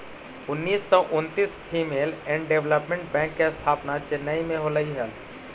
उन्नीस सौ उन्नितिस फीमेल एंड डेवलपमेंट बैंक के स्थापना चेन्नई में होलइ हल